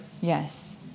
Yes